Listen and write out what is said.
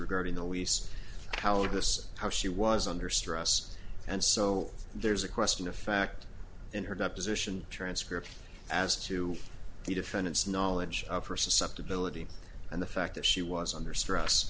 regarding the lease how this how she was under stress and so there's a question of fact in her deposition transcript as to the defendant's knowledge of her susceptibility and the fact that she was under stress